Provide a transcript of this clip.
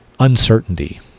Uncertainty